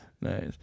Nice